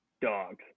dogs